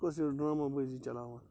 ژٕ کُس ہِش ڈراما بٲزی چَلاوان